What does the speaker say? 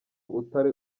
utari